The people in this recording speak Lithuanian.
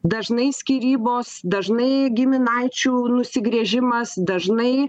dažnai skyrybos dažnai giminaičių nusigręžimas dažnai